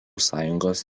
sąjungos